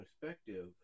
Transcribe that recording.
perspective